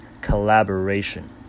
collaboration